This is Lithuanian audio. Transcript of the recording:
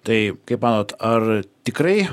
tai kaip manot ar tikrai